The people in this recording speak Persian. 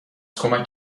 کمک